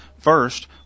First